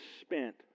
spent